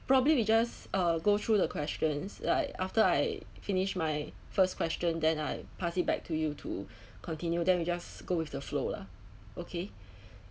probably we just uh go through the questions like after I finished my first question then I pass it back to you to continue then we just go with the flow lah okay